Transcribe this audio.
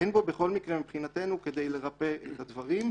אין בו בכל מקרה מבחינתנו כדי לרפא את הדברים.